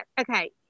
Okay